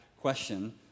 question